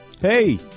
Hey